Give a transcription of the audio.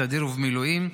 בסדיר ובמילואים,